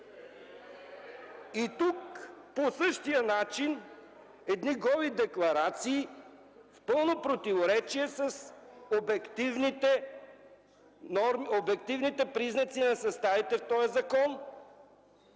И тук по същия начин – едни голи декларации, в пълно противоречие с обективните признаци на съставите в този закон.